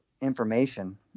information